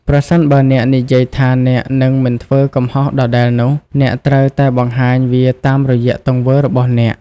ប្រសិនបើអ្នកនិយាយថាអ្នកនឹងមិនធ្វើកំហុសដដែលនោះ អ្នកត្រូវតែបង្ហាញវាតាមរយៈទង្វើរបស់អ្នក។